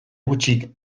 gutxik